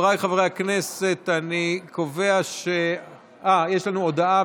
יש לנו הודעה.